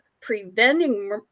preventing